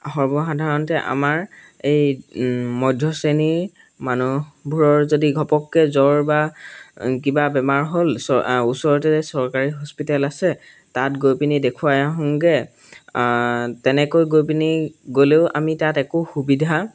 সৰ্বসাধাৰণতে আমাৰ এই মধ্য শ্ৰেণীৰ মানুহবোৰৰ যদি ঘপককৈ জ্বৰ বা কিবা বেমাৰ হ'ল চ ওচৰতে চৰকাৰী হস্পিতেল আছে তাত গৈ পিনি দেখুৱাই আহোগৈ তেনেকৈ গৈ পিনি গ'লেও আমি তাত একো সুবিধা